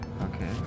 okay